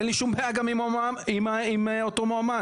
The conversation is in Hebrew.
ואין לי שום בעיה גם עם אותו מועמד.